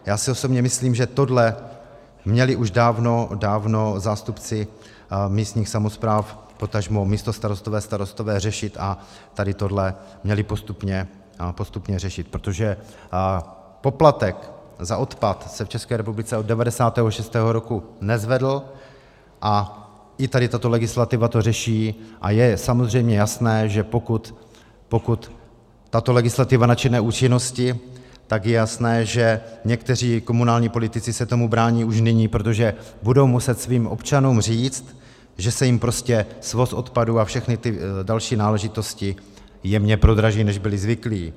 Já si osobně myslím, že tohle měli už dávno, dávno zástupci místních samospráv, potažmo místostarostové, starostové řešit a tady tohle měli postupně řešit, protože poplatek za odpad se v České republice od roku 1996 nezvedl, a i tady tato legislativa to řeší a je samozřejmě jasné, že pokud tato legislativa nabude účinnosti, tak je jasné, že někteří komunální politici se tomu brání už nyní, protože budou muset svým občanům říct, že se jim prostě svoz odpadů a všechny ty další náležitosti jemně prodraží, než byli zvyklí.